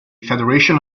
federation